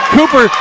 Cooper